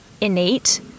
innate